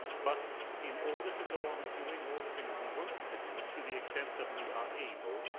but in order to go on doing all the things we want to do, to the extent that we are able,